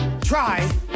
Try